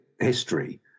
history